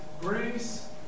grace